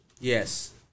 Yes